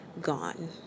gone